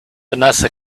vanessa